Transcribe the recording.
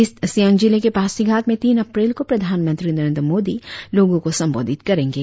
east Siang जिले के पासीघाट में तीन अप्रैल को प्रधानमंत्री नरेंद्र मोदी लोगों को संबोधित करेंगे